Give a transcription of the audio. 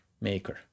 maker